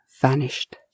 Vanished